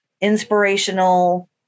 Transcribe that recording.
inspirational